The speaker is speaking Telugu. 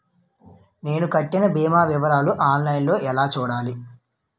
నేను కట్టిన భీమా వివరాలు ఆన్ లైన్ లో ఎలా చూడాలి?